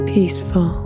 Peaceful